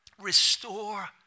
Restore